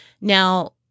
Now